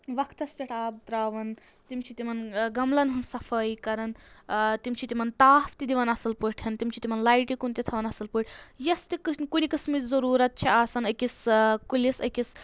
وقتَس پؠٹھ آب ترٛاوَان تِم چھِ تِمَن گَملَن ہٕنٛز صفٲیی کَرَان تِم چھِ تِمَن تاپھ تہِ دِوان اَصٕل پٲٹھۍ تِم چھِ تِمَن لایِٹہِ کُن تہِ تھاوَن اَصٕل پٲٹھۍ یۄس تہِ کُنہِ قٕسمٕچ ضروٗرت چھِ آسَان أکِس کُلِس أکِس